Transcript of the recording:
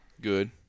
good